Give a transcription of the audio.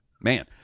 Man